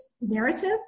narrative